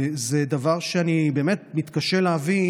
זה דבר שאני באמת מתקשה להבין.